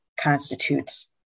constitutes